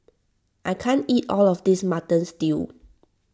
I can't eat all of this Mutton Stew